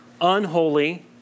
unholy